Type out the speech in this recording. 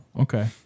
Okay